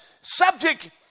subject